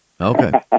Okay